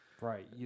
Right